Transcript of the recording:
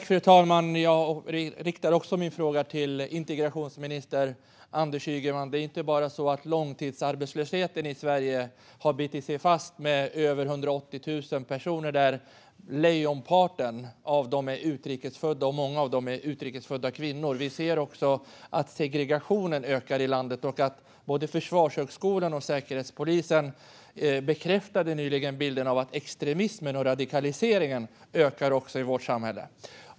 Fru talman! Också jag riktar min fråga till integrationsminister Anders Ygeman. Det är inte bara så att långtidsarbetslösheten i Sverige har bitit sig fast med över 180 000 personer, varav lejonparten är utrikes födda och många utrikes födda kvinnor, utan vi ser också att segregationen ökar i landet. Både Försvarshögskolan och Säkerhetspolisen bekräftade nyligen bilden av att också extremismen och radikaliseringen ökar i vårt samhälle.